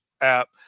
app